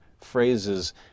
phrases